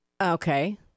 Okay